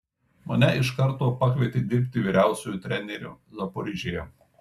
mane iš karto pakvietė dirbti vyriausiuoju treneriu zaporižėje